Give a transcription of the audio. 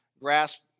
grasp